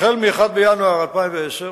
החל מ-1 בינואר 2010,